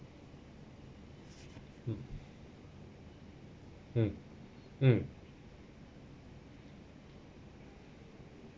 mm mm mm